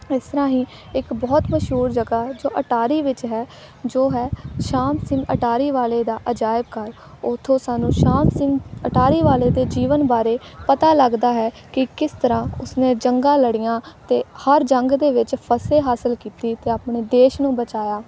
ਇਸ ਤਰ੍ਹਾਂ ਹੀ ਇੱਕ ਬਹੁਤ ਮਸ਼ਹੂਰ ਜਗ੍ਹਾ ਜੋ ਅਟਾਰੀ ਵਿੱਚ ਹੈ ਜੋ ਹੈ ਸ਼ਾਮ ਸਿੰਘ ਅਟਾਰੀ ਵਾਲੇ ਦਾ ਅਜਾਇਬ ਘਰ ਉੱਥੋਂ ਸਾਨੂੰ ਸ਼ਾਮ ਸਿੰਘ ਅਟਾਰੀ ਵਾਲੇ ਦੇ ਜੀਵਨ ਬਾਰੇ ਪਤਾ ਲੱਗਦਾ ਹੈ ਕਿ ਕਿਸ ਤਰ੍ਹਾਂ ਉਸਨੇ ਜੰਗਾਂ ਲੜੀਆਂ ਅਤੇ ਹਰ ਜੰਗ ਦੇ ਵਿੱਚ ਫਤਿਹ ਹਾਸਿਲ ਕੀਤੀ ਅਤੇ ਆਪਣੇ ਦੇਸ਼ ਨੂੰ ਬਚਾਇਆ